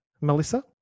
Melissa